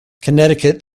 connecticut